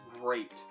great